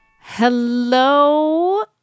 Hello